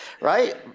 right